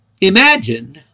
Imagine